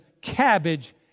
cabbage